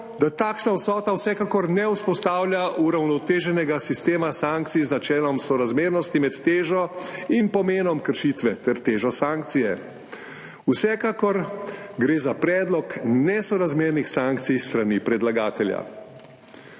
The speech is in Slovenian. da takšna vsota vsekakor ne vzpostavlja uravnoteženega sistema sankcij z načelom sorazmernosti med težo in pomenom kršitve ter težo sankcije. Vsekakor gre za predlog nesorazmernih sankcij s strani predlagatelja.